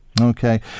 Okay